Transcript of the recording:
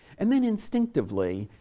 and then instinctively,